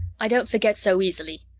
i don't forget so easily.